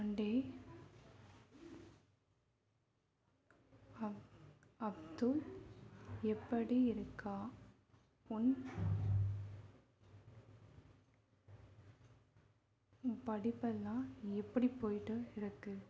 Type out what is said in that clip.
டேய் அப் அப்துல் எப்படி இருக்கான் உன் படிப்பெல்லாம் எப்படி போயிட்டு இருக்குது